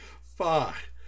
Fuck